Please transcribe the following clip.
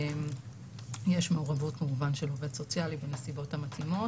יש כמובן מעורבות של עובד סוציאלי בנסיבות המתאימות.